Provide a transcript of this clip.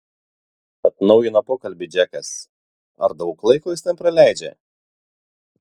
atnaujina pokalbį džekas ar daug laiko jis ten praleidžia